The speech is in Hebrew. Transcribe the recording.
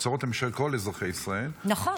האוצרות הם של כל אזרחי ישראל -- נכון.